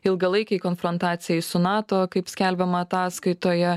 ilgalaikei konfrontacijai su nato kaip skelbiama ataskaitoje